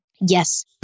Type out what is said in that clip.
Yes